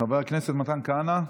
חבר הכנסת מתן כהנא,